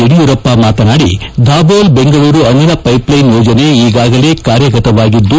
ಯಡಿಯೂರಪ್ಪ ಮಾತನಾಡಿ ಧಾಬೋಲ್ ಬೆಂಗಳೂರು ಅನಿಲ್ ಪೈಪ್ಲೈನ್ ಯೋಜನೆ ಈಗಾಗಲೇ ಕಾರ್ಯಗತವಾಗಿದ್ದು